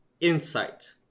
insight